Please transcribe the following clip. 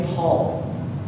Paul